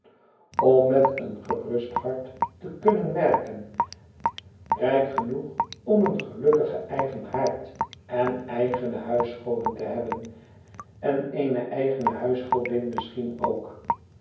om met een gerust hart te kunnen werken rijk genoeg om een gelukkigen eigen haard en eigene huisgoden te hebben en eene eigene huisgodin misschien ook